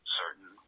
certain